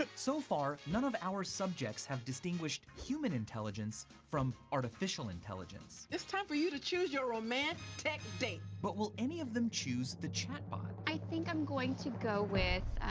but so far, none of our subjects have distinguished human intelligence from artificial intelligence. it's time for you to choose your romantic date. but will any of them pick the chat bot? i think i'm going to go with,